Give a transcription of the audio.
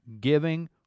giving